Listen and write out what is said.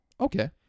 okay